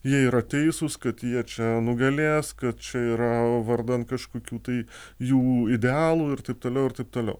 jie yra teisūs kad jie čia nugalės kad čia yra vardan kažkokių tai jų idealų ir taip toliau ir taip toliau